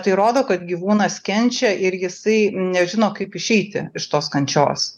tai rodo kad gyvūnas kenčia ir jisai nežino kaip išeiti iš tos kančios